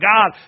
God